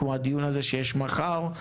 כמו הדיון שיש מחר,